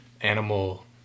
animal